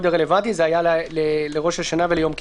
הרלוונטי זה היה לראש השנה וליום כיפור.